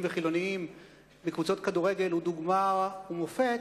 וחילונים בקבוצות כדורגל הוא דוגמה ומופת,